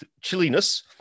chilliness